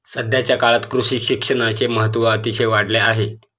सध्याच्या काळात कृषी शिक्षणाचे महत्त्व अतिशय वाढले आहे